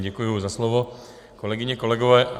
Děkuji za slovo. Kolegyně, kolegové.